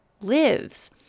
lives